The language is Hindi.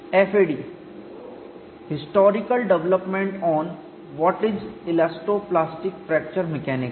FAD historical development on what is elasto plastic fracture mechanics